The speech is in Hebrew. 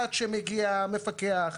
עד שמגיע המקפח,